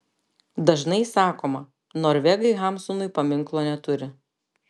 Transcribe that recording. dažnai sakoma norvegai hamsunui paminklo neturi